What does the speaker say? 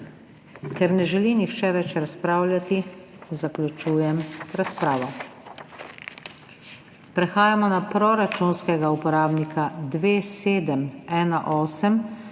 Ker ne želi nihče več razpravljati, zaključujem razpravo. Prehajamo na proračunskega uporabnika 2718